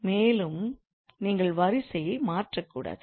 மேலும் நீங்கள் வரிசையை மாற்றக்கூடாது